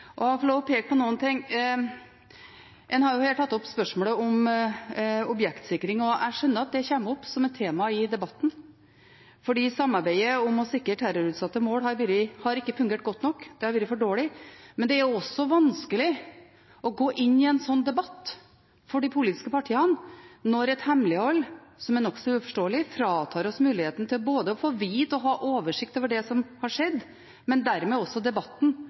Jeg må få lov til å peke på noen av dem. Man har tatt opp spørsmålet om objektsikring. Jeg skjønner at det kommer opp som et tema i debatten, for samarbeidet om å sikre terrorutsatte mål har ikke fungert godt nok. Det har vært for dårlig. Men for de politiske partiene er det vanskelig å gå inn i en slik debatt når et hemmelighold, som er nokså uforståelig, fratar oss muligheten til både å få vite og ha oversikt over det som har skjedd – og dermed også debatten